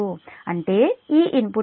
అంటే ఈ input power ఈ Pi ≠Pe